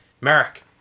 Merrick